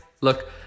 Look